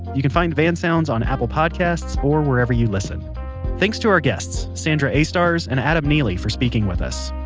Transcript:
you can find van sounds on apple podcasts or wherever you listen thanks to our guests sandra aistars and adam neely for speaking with us.